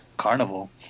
Carnival